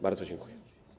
Bardzo dziękuję.